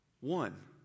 One